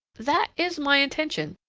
that is my intention.